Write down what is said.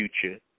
future